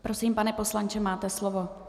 Prosím, pane poslanče, máte slovo.